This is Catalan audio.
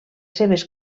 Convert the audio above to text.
seves